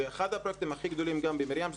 אחד הפרויקטים הכי גדולים במרים,